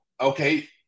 okay